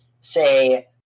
say